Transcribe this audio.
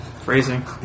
Phrasing